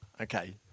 okay